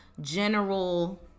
general